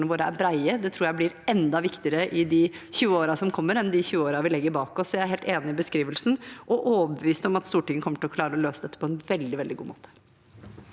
tror jeg blir enda viktigere i de 20 årene som kommer, enn det har vært i de 20 årene vi legger bak oss. Jeg er helt enig i beskrivelsen og overbevist om at Stortinget kommer til å klare å løse dette på en veldig god måte.